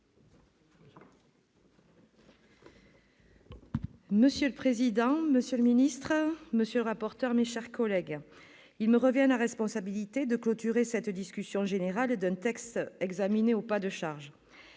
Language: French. Monsieur le président, monsieur le secrétaire d'État, monsieur le rapporteur, mes chers collègues, il me revient la responsabilité de clôturer la discussion générale d'un texte examiné au pas de charge.